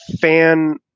fan